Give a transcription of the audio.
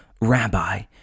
Rabbi